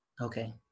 Okay